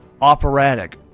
operatic